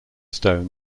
stone